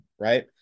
right